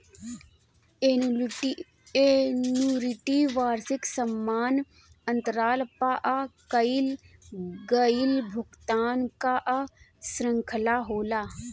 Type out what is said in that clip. annuity वार्षिकी समान अंतराल पअ कईल गईल भुगतान कअ श्रृंखला होला